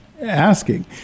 Asking